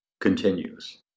continues